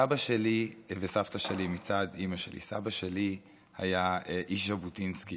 סבא שלי וסבתא שלי מצד אימא שלי: סבא שלי היה איש ז'בוטינסקי,